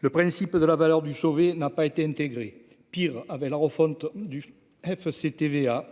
Le principe de la valeur du sauvé n'a. Pas été intégrés pire avec la refonte du FCTVA